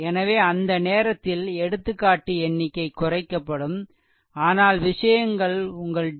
எனவே அந்த நேரத்தில் எடுத்துக்காட்டு எண்ணிக்கை குறைக்கப்படும் ஆனால் விஷயங்கள் உங்கள் டி